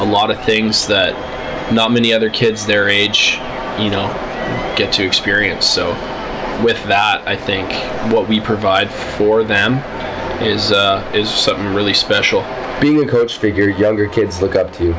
a lot of things that not many other kids their age you know get to experience so with that i think what we provide for them is is something really special being a coach figure younger kids look up to